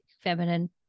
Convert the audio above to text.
feminine